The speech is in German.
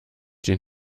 den